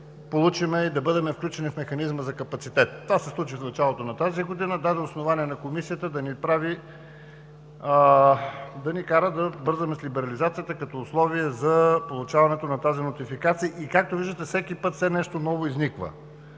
получим и да бъдем включени в механизма за капацитет. Това се случи в началото на тази година, даде основание на Комисията да ни кара да бързаме с либерализацията като условие за получаването на тази нотификация, и както виждате всеки път все нещо ново изниква